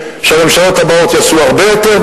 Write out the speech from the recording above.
שהממשלות הבאות יעשו הרבה יותר,